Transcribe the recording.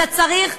אתה צריך,